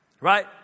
Right